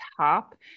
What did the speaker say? top